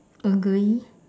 agree